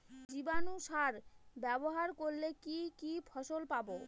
জীবাণু সার ব্যাবহার করলে কি কি ফল পাবো?